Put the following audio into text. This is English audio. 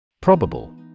Probable